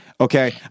okay